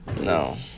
No